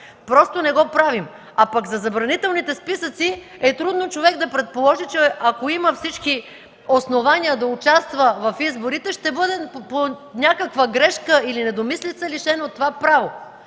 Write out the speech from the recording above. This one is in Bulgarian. Просто не го правим. А пък за забранителните списъци е трудно човек да предположи, че ако има всички основания да участва в изборите, ще бъде поради някаква грешка или недомислица лишен от това право.